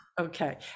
okay